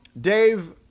Dave